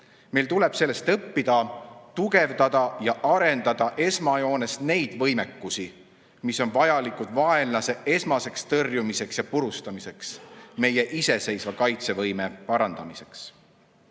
Meil tuleb sellest õppida ning tugevdada ja arendada esmajoones neid võimekusi, mis on vajalikud vaenlase esmaseks tõrjumiseks ja purustamiseks, meie iseseisva kaitsevõime parandamiseks.